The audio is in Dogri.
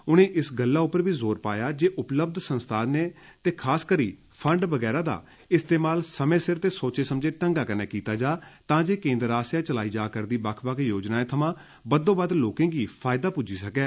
उनें इस गल्लै उप्पर बी जोर पाया जे उपलब्ध संसाधनें ते खासकरी फंड बगैरा दा इस्तेमाल समें सिर ते सोचे समझे ढ़ंगै कन्नै कीता जा तां जे केंद्र आस्सेआ चलाई जाष्रदियें योजनाएं थमां बद्दोबद्द लोकें गी फायदा पुज्जी सकै